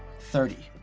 thirty.